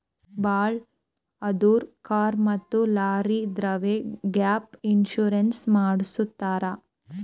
ಭಾಳ್ ಅಂದುರ್ ಕಾರ್ ಮತ್ತ ಲಾರಿದವ್ರೆ ಗ್ಯಾಪ್ ಇನ್ಸೂರೆನ್ಸ್ ಮಾಡುಸತ್ತಾರ್